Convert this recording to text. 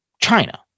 China